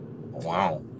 Wow